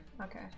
Okay